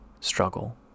struggle